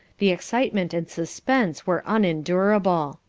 the excitement and suspense were unendurable.